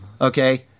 Okay